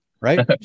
right